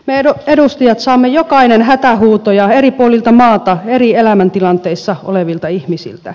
me edustajat saamme jokainen hätähuutoja eri puolilta maata eri elämäntilanteissa olevilta ihmisiltä